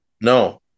No